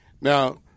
Now